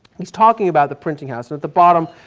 he's talking about the printing house. and at the bottom,